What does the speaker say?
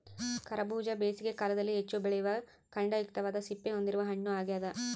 ಕರಬೂಜ ಬೇಸಿಗೆ ಕಾಲದಲ್ಲಿ ಹೆಚ್ಚು ಬೆಳೆಯುವ ಖಂಡಯುಕ್ತವಾದ ಸಿಪ್ಪೆ ಹೊಂದಿರುವ ಹಣ್ಣು ಆಗ್ಯದ